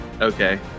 okay